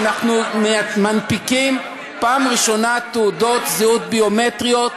שאנחנו מנפיקים פעם ראשונה תעודות זהות ביומטריות,